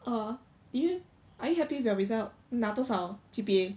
err did you are you happy with your result 拿多少 G_P_A